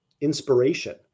inspiration